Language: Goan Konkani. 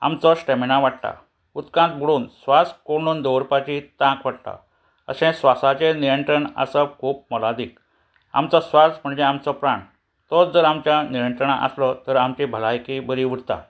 आमचो स्टेमेना वाडटा उदकांत बुडोवन श्वास कोणून दवरपाची तांक वाडटा अशें श्वासाचे नियंत्रण आसा खूब मोलादीक आमचो स्वास म्हणजे आमचो प्राण तोच जर आमच्या नियंत्रणा आसलो तर आमची भलायकी बरी उरता